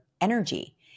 energy